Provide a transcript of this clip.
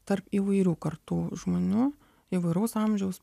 tarp įvairių kartų žmonių įvairaus amžiaus